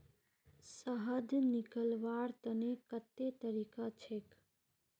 शहद निकलव्वार तने कत्ते तरीका छेक?